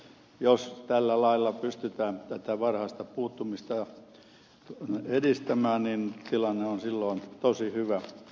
jos tällä lailla pystytään tätä varhaista puuttumista edistämään niin tilanne on silloin tosi hyvä